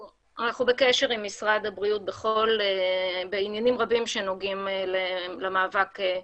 אנחנו נפנה למשרד הבריאות כדי לקבל תשובה לשאלה הזו.